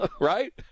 right